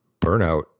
burnout